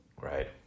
Right